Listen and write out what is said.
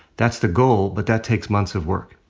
that's the goal. but that takes months of work.